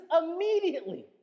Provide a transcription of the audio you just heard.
immediately